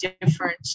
different